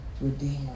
Redeemer